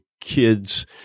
kids